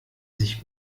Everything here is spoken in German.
sich